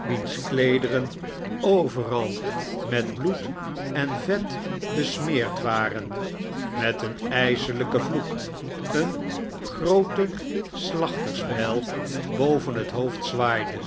wiens kleederen overal met bloed en vet besmeerd waren met een ijselijken vloek eene groote slachtersbijl boven zijn hoofd zwaaide